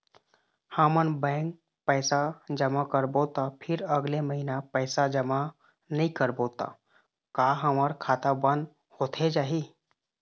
हमन बैंक पैसा जमा करबो ता फिर अगले महीना पैसा जमा नई करबो ता का हमर खाता बंद होथे जाही?